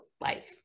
life